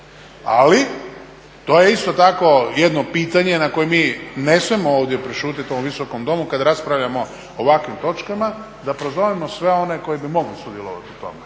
Ali to je isto tako jedno pitanje na koje mi ne smijemo ovdje prešutiti u ovom Visokom domu kada raspravljamo o ovakvim točkama, da prozovemo sve one koji bi mogli sudjelovati u tome.